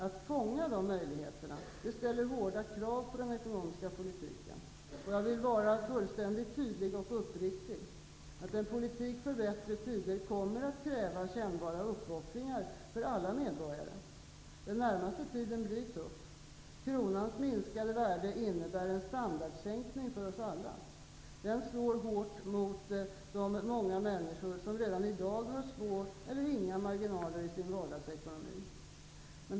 Att fånga dessa möjligheter ställer hårda krav på den ekonomiska politiken. Jag vill vara fullständigt tydlig och uppriktig: En politik för bättre tider kommer att kräva kännbara uppoffringar av alla medborgare. Den närmaste tiden blir tuff. Kronans minskade värde innebär en standardsänkning för oss alla. Det slår hårt mot de många människor som redan i dag har små eller inga marginaler i sin vardagsekonomi.